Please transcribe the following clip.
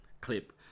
clip